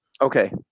Okay